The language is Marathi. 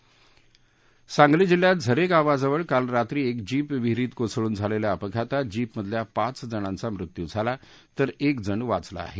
महाराष्ट्रात सांगली जिल्ह्यात झरे गावाजवळ काल रात्री एक जीप विहिरीत कोसळून झालेल्या अपघातात जीपमधल्या पाच जणांचा मृत्यू झाला तर एक जण वाचला आहे